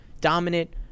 dominant